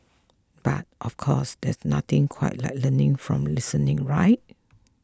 but of course there's nothing quite like learning from listening right